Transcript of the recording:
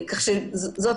זאת